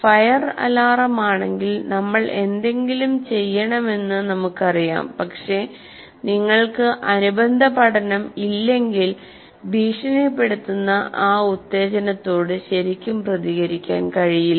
fire അലാറമാണെങ്കിൽ നമ്മൾ എന്തെങ്കിലും ചെയ്യണമെന്നു നമുക്കറിയാംപക്ഷെ നിങ്ങൾക്ക് അനുബന്ധ പഠനം ഇല്ലെങ്കിൽ ഭീഷണിപ്പെടുത്തുന്ന ആ ഉത്തേജനത്തോട് ശരിക്കും പ്രതികരിക്കാൻ കഴിയില്ല